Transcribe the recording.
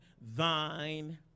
thine